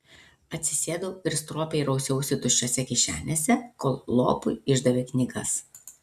atsisėdau ir stropiai rausiausi tuščiose kišenėse kol lopui išdavė knygas